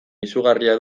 izugarria